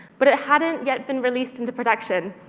but it hadn't yet been released into production.